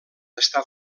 està